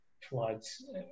floods